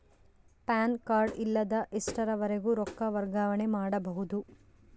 PAN card ಇಲ್ಲದ ಎಷ್ಟರವರೆಗೂ ರೊಕ್ಕ ವರ್ಗಾವಣೆ ಮಾಡಬಹುದು?